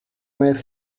made